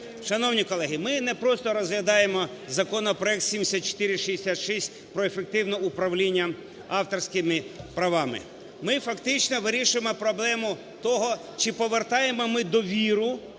Шановні колеги, ми не просто розглядаємо законопроект 7466 про ефективне управління авторськими правами. Ми фактично вирішуємо проблему того, чи повертаємо ми довіру